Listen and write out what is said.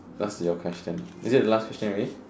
what's your question is it the last question already